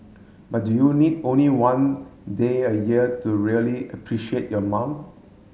but do you need only one day a year to really appreciate your mom